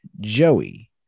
Joey